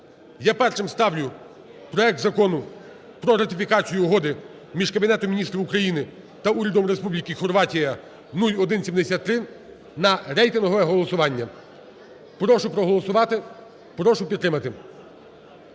Я першим ставлю проект Закону про ратифікацію Угоди між Кабінетом Міністрів України та Урядом Республіки Хорватія (0173) на рейтингове голосування. Прошу проголосувати. Прошу підтримати.